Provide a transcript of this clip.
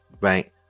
right